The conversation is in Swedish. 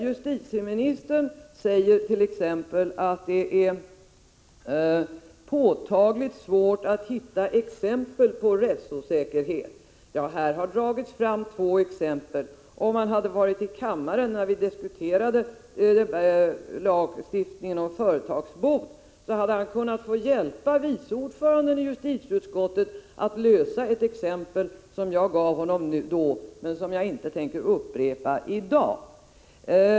Justitieministern säger att det är påtagligt svårt att hitta exempel på rättsosäkerhet. I dag har det emellertid tagits fram två exempel, och om justitieministern hade varit i kammaren när vi diskuterade lagstiftningen om företagsbot hade han kunnat få hjälpa vice ordföranden i justitieutskottet att förklara ett exempel som jag då gav honom men som jag inte skall upprepa i dag.